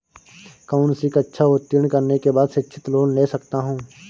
कौनसी कक्षा उत्तीर्ण करने के बाद शिक्षित लोंन ले सकता हूं?